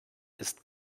ist